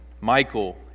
Michael